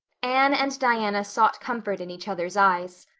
anne and diana sought comfort in each other's eyes.